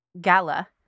gala